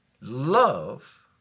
Love